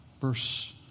Verse